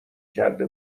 کرده